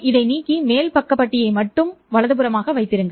இதை நீக்கி மேல் பக்கப்பட்டியை மட்டும் வலதுபுறமாக வைத்திருங்கள்